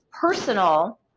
personal